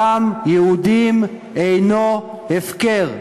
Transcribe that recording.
דם יהודים אינו הפקר.